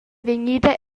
vegnida